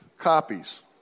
copies